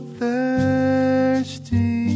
thirsty